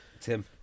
Tim